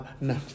No